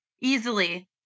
easily